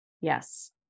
yes